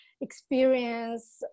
experience